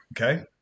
Okay